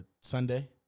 Sunday